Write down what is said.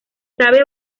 sabe